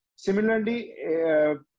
Similarly